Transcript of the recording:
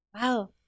Wow